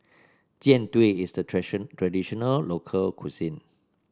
Jian Dui is a traditional local cuisine